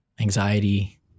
anxiety